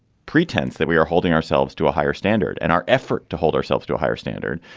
pretense that we are holding ourselves to a higher standard. and our effort to hold ourselves to a higher standard.